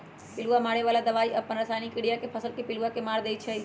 पिलुआ मारे बला दवाई अप्पन रसायनिक क्रिया से फसल के पिलुआ के मार देइ छइ